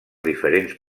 diferents